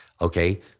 okay